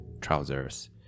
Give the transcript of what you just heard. trousers